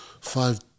five